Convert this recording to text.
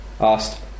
Asked